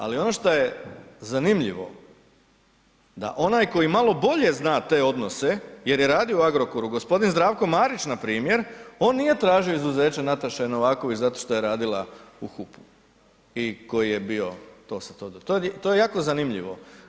Ali ono šta je zanimljivo da onaj koji malo bolje zna te odnose jer je radio u Agrokoru, gospodin Zdravko Marić npr., on nije tražio izuzeće Nataše Novaković zato što je radila u HUP-u i koji je bio ... to je jako zanimljivo.